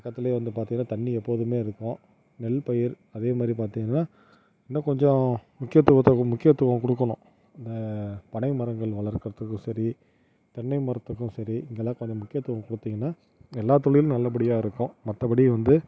பக்கத்துலே வந்து பார்த்திங்கன்னா தண்ணி எப்போதுமே இருக்கும் நெல் பயிர் அதேமாதிரி பார்த்திங்கள்னா இன்னும் கொஞ்சம் முக்கியத்துவத்தை முக்கியத்துவம் கொடுக்கணும் இந்த பனை மரங்கள் வளர்க்கறதுக்கு சரி தென்னை மரத்துக்கும் சரி இதெலாம் கொஞ்சம் முக்கியத்துவம் கொடுத்திங்கன்னா எல்லா தொழில் நல்லபடியாக இருக்குது மற்றபடி வந்து